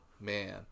man